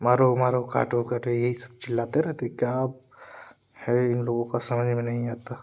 मारो मारो काटो काटो ये ही सब चिल्लाते रहते क्या आप है इन लोगों का समझ में नहीं आता